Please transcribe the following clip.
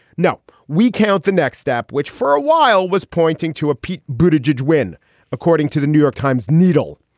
now we count the next step, which for a while was pointing to a pete booted jadwin, according to the new york times needle.